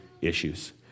issues